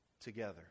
together